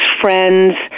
friends